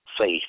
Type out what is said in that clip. faith